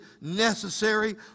necessary